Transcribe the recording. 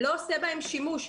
לא עושה בהם שימוש.